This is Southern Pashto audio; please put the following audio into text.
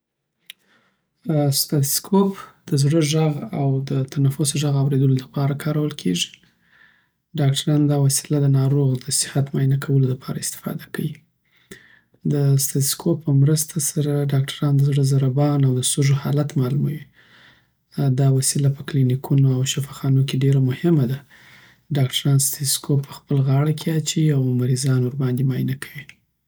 سټیتوسکوپ د زړه ږغ او د تنفس ږغ اورېدو لپاره کارول کیږي. ډاکټران دا وسیله د ناروغ د صحت معاینه کولو لپاره استفاده کوی د سټیتوسکوپ مرسته سره، ډاکټران د زړه د ضربان او د سږو حالت معلوموی دا وسیله په کلینیکونو او شفاخانو کې ډېره مهمه ده. داکتران سټیتوسکوپ په خپل غاړه کی اچوی او مریضان ورباندی معاینه کوی